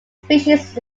species